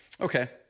okay